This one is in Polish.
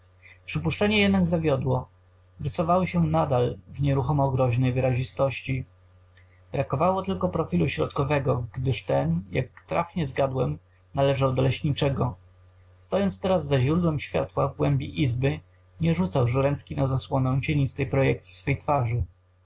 przypuszczenie jednak zawiodło rysowały się nadal w nieruchomo groźnej wyrazistości brakowało tylko profilu środkowego gdyż ten jak trafnie zgadłem należał do leśniczego stojąc teraz za źródłem światła w głębi izby nie rzucał żręcki na zasłonę cienistej projekcyi swej twarzy